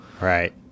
Right